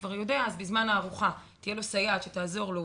אז בזמן הארוחה תהיה לו סייעת שתעזור לו,